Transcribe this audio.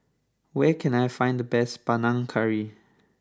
where can I find the best Panang Curry